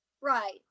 Right